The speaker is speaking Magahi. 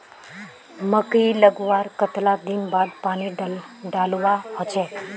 मकई लगवार कतला दिन बाद पानी डालुवा होचे?